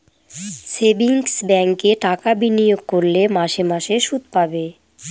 savings ব্যাঙ্কে টাকা বিনিয়োগ করলে মাসে মাসে শুদ পাবে